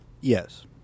Yes